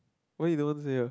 why you don't want to say ah